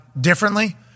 differently